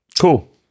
Cool